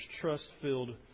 trust-filled